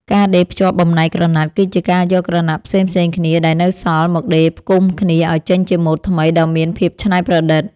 ការដេរភ្ជាប់បំណែកក្រណាត់ គឺជាការយកក្រណាត់ផ្សេងៗគ្នាដែលនៅសល់ មកដេរផ្គុំគ្នាឱ្យចេញជាម៉ូដថ្មីដ៏មានភាពច្នៃប្រឌិត។